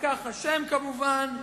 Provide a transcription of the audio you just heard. הפקח אשם, כמובן.